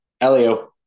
Elio